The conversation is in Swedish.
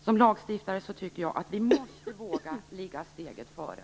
Som lagstiftare tycker jag att vi måste våga ligga steget före.